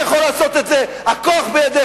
אתה יכול לעשות את זה, הכוח בידיך.